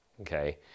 okay